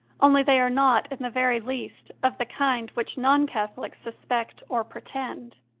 only they are not, in the very least, of the kind which non catholics suspect or pretend.